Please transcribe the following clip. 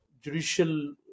judicial